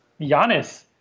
Giannis